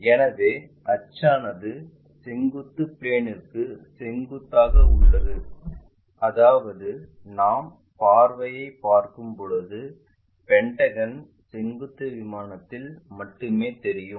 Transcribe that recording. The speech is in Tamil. எனவே அச்சானது செங்குத்து பிளேன்ற்கு செங்குத்தாக உள்ளது அதாவது நாம் பார்வையைப் பார்க்கும்போது பென்டகன் செங்குத்து விமானத்தில் மட்டுமே தெரியும்